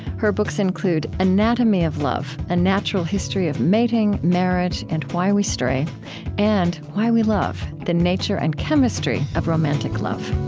her books include anatomy of love a natural history of mating, marriage and why we stray and why we love the nature and chemistry of romantic love